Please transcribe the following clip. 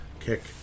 kick